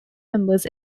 members